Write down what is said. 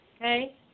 Okay